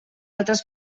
altres